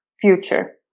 future